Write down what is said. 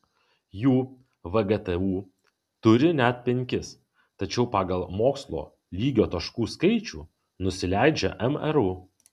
jų vgtu turi net penkis tačiau pagal mokslo lygio taškų skaičių nusileidžia mru